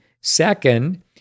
Second